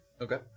okay